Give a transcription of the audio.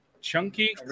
Chunky